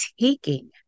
taking